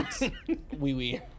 wee-wee